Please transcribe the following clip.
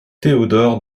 théodore